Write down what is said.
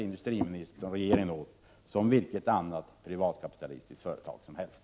Industriministern och regeringen bär sig faktiskt åt som vilket privatkapitalistiskt företag som helst.